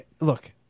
look